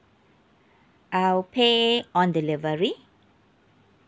I'll pay on delivery